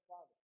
Father